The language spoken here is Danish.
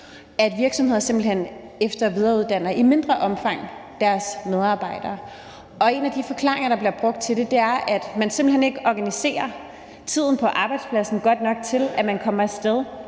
at virksomhederne simpelt hen i mindre omfang efter- og videreuddanner deres medarbejdere, og en af de forklaringer, der bliver brugt til det, er, at man simpelt hen ikke organiserer tiden på arbejdspladsen godt nok til, at man kommer af sted